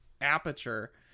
aperture